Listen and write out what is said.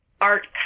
art